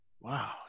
wow